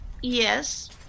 Yes